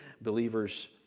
believers